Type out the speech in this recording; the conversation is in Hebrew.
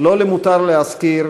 לא למותר להזכיר: